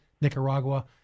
Nicaragua